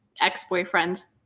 ex-boyfriend's